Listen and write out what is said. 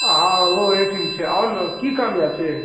हँ हँ ओहो ओहीठाम छै आउ ने कि काम अइ से